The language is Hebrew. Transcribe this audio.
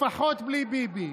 לפחות בלי ביבי.